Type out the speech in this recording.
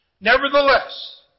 Nevertheless